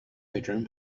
bedroom